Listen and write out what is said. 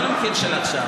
לא לפי המחיר של עכשיו.